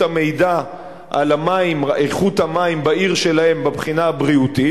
המידע על איכות המים בעיר שלהם מהבחינה הבריאותית,